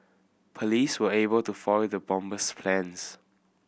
police were able to foil the bomber's plans